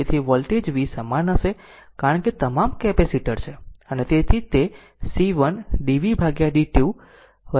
તેથી voltage v સમાન હશે કારણ કે તમામ કેપેસિટર છે